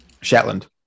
Shetland